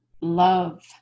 love